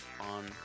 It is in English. on